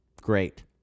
great